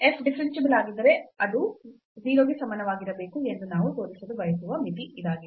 f differentiable ಆಗಿದ್ದರೆ ಅದು 0 ಗೆ ಸಮನಾಗಿರಬೇಕು ಎಂದು ನಾವು ತೋರಿಸಲು ಬಯಸುವ ಮಿತಿ ಇದಾಗಿದೆ